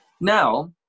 Now